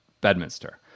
Bedminster